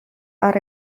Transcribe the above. are